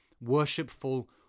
Worshipful